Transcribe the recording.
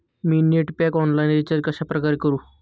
मी net pack online recharge कशाप्रकारे करु?